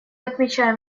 отмечаем